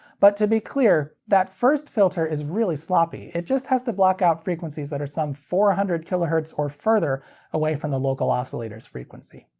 but to be clear that first filter is really sloppy. it just has to block out frequencies that are some four hundred kilohertz or further away from the local oscillator's frequency.